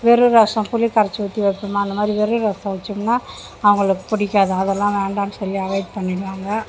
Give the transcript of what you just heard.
வெறும் ரசம் புளி கரச்சு ஊற்றி வப்பமா அந்த மாதிரி வெறும் ரசம் வச்சம்னா அவங்களுக்கு பிடிக்காது அதெல்லாம் வேண்டான்னு சொல்லி அவாயிட் பண்ணிவிடுவாங்க